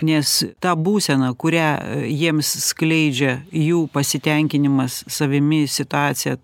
nes ta būsena kurią jiems skleidžia jų pasitenkinimas savimi situacija